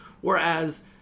Whereas